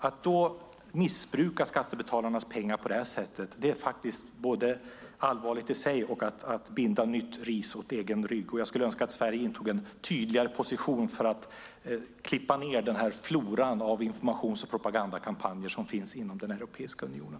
Att missbruka skattebetalarnas pengar på det här sättet är allvarligt i sig, och man binder ris åt egen rygg. Jag skulle önska att Sverige intog en tydligare position för att klippa ned floran av informations och propagandakampanjer som finns inom den europeiska unionen.